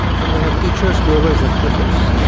when we have teachers, we always have clickers.